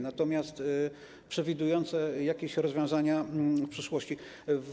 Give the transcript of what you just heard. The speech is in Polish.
Natomiast przewidują one jakieś rozwiązania w przyszłości.